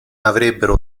avrebbero